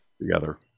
Together